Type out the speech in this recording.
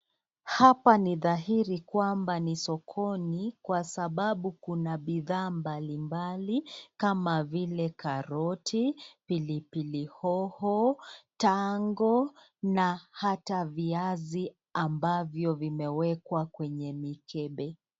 Hapa ni dhairi kwamba ni sokoni kwa sababu kuna bidhaa mbalimbali kama vile karoti, pilipili hoho, tango na ata viazi ambavyo vimewekwa kwenye mikebe.